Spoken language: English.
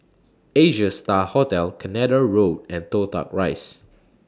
Asia STAR Hotel Canada Road and Toh Tuck Rise